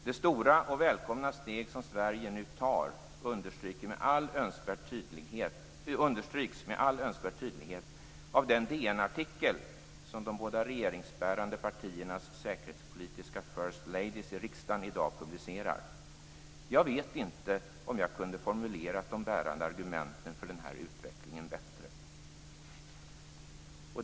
Det stora och välkomna steg som Sverige nu tar understryks med all önskvärd tydlighet av den DN artikel som de båda regeringsbärande partiernas säkerhetspolitiska first ladies i riksdagen i dag publicerar. Jag vet inte om jag kunde ha formulerat de bärande argumenten för den här utvecklingen bättre.